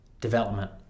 Development